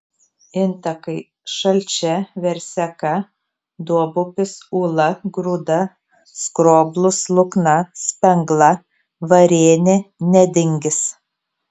intakai šalčia verseka duobupis ūla grūda skroblus lukna spengla varėnė nedingis